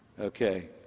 Okay